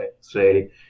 say